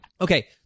okay